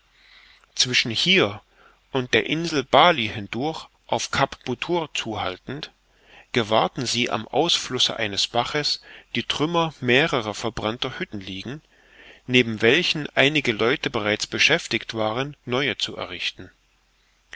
zwischen hier und der insel bali hindurch auf kap butur zuhaltend gewahrten sie am ausflusse eines baches die trümmer mehrerer verbrannter hütten liegen neben welchen einige leute bereits beschäftigt waren neue zu errichten